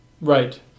Right